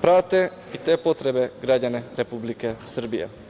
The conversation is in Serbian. prate i te potrebe građana Republike Srbije.